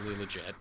legit